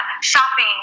shopping